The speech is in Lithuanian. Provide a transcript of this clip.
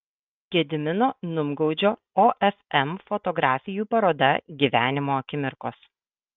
gedimino numgaudžio ofm fotografijų paroda gyvenimo akimirkos